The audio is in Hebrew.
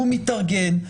הוא מתארגן,